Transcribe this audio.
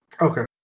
Okay